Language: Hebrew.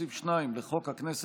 ולסעיף 2 לחוק הכנסת,